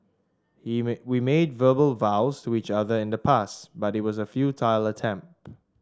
we made verbal vows to each other in the past but it was a futile attempt